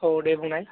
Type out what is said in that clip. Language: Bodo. औ दे बुंनाय